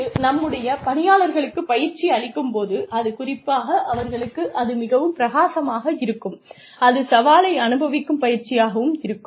இது நம்முடைய பணியாளர்களுக்குப் பயிற்சி அளிக்கும் போது அது குறிப்பாக அவர்களுக்கு அது மிகவும் பிரகாசமாக இருக்கும் அது சவாலை அனுபவிக்கும் பயிற்சியாகவும் இருக்கும்